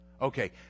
Okay